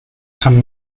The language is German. kann